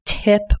tip